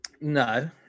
No